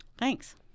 Thanks